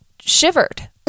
shivered